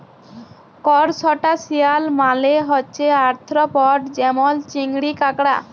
করসটাশিয়াল মালে হছে আর্থ্রপড যেমল চিংড়ি, কাঁকড়া